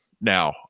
now